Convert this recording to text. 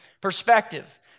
perspective